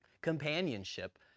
companionship